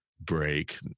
break